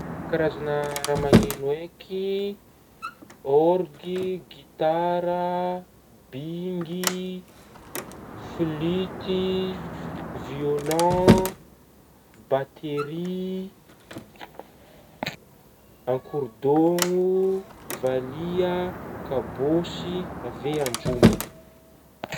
Karazagna raha maneno haiky ôrigy gitara bingy flute-y violant batery ankorodaono valiha kabôsy avy eo anjomba.